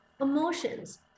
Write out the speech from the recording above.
emotions